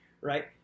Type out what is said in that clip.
right